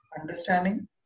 understanding